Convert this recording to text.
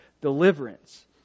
deliverance